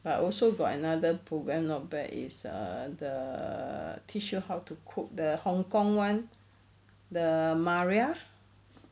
but also got another program not bad is err the err teach how to cook the hong-kong one the maria